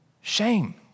Shame